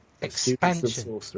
expansion